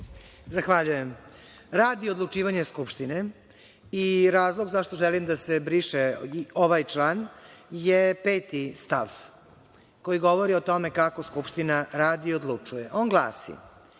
Zahvaljujem. Radi odlučivanja Skupštine i razlog za šta želim da se briše ovaj član je 5. stav koji govori o tome kako Skupština radi i odlučuje. On glasi